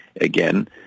again